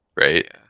right